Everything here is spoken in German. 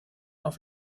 auf